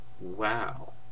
Wow